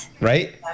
Right